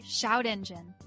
ShoutEngine